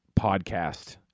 podcast